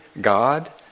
God